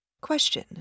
Question